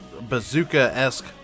bazooka-esque